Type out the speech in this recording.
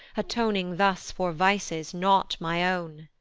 atoning thus for vices not my own.